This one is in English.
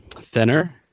Thinner